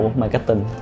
marketing